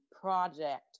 project